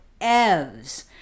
evs